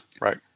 Right